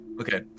Okay